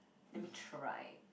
let me try